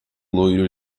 loiro